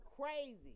crazy